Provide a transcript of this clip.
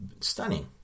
stunning